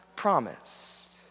promised